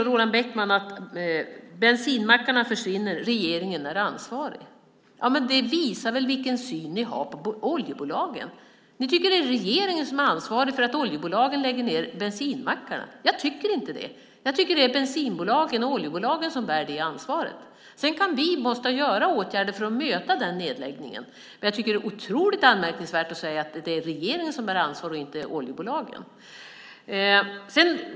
Roland Bäckman säger att bensinmackarna försvinner och regeringen är ansvarig. Det visar väl vilken syn ni har på oljebolagen, Roland Bäckman. Ni tycker att regeringen är ansvarig för att oljebolagen lägger ned bensinmackarna. Jag tycker inte det. Jag tycker att det är bensinbolagen och oljebolagen som bär det ansvaret. Sedan kan vi behöva vidta åtgärder för att möta nedläggningen. Det är dock oerhört anmärkningsvärt att man säger att det är regeringen som bär ansvaret och inte oljebolagen.